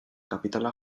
kapitala